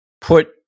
put